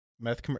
meth